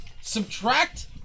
subtract